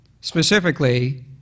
specifically